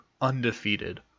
undefeated